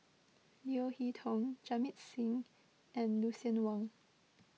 Leo Hee Tong Jamit Singh and Lucien Wang